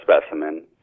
specimen